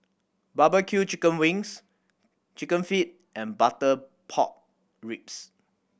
barbecue chicken wings Chicken Feet and butter pork ribs